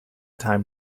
time